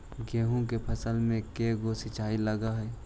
गेहूं के फसल मे के गो सिंचाई लग हय?